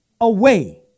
away